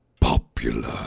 popular